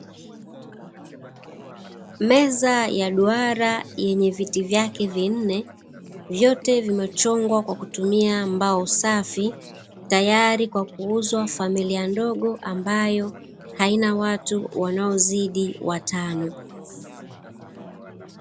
Meza ya duara yenye viti vyake vinne, vyote vimechongwa Kwa kutumia mbao safi, tayari kwa kuuziwa familia ndogo ambayo haina watu wanaozidi watano.